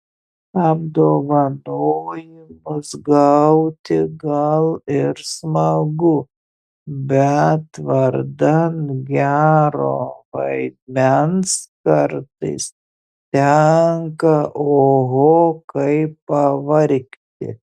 apdovanojimus gauti gal ir smagu bet vardan gero vaidmens kartais tenka oho kaip pavargti